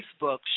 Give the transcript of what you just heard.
Facebook